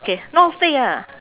okay not fake ah